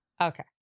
Okay